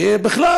ובכלל,